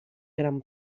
gran